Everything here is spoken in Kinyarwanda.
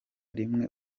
rimwe